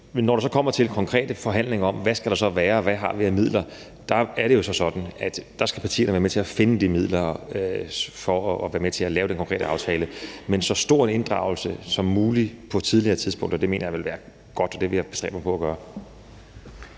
Når det så kommer til de konkrete forhandlinger om, hvad der så skal være, og hvad vi har af midler, er det jo sådan, at partierne skal være med til at finde de midler for at være med til at lave den konkrete aftale. Men en så stor inddragelse som muligt på et tidligere tidspunkt mener jeg vil være godt, og det vil jeg bestræbe mig på at gøre.